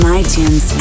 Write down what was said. iTunes